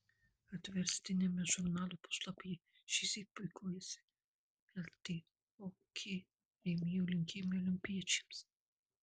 atverstiniame žurnalo puslapyje šįsyk puikuojasi ltok rėmėjų linkėjimai olimpiečiams